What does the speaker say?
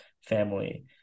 family